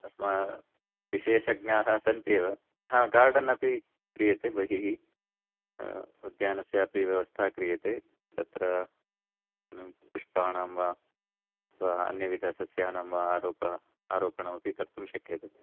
अस्माकं विशेषज्ञाः सन्त्येव हा गार्डन् अपि क्रियते बहिः उद्यानस्य अपि व्यवस्था क्रियते तत्र पिष्टानां वा अन्यविधसस्यानां वा आरोपः आरोपणमपि कर्तुं शक्यते